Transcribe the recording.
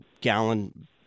gallon